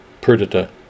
Perdita